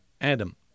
Adam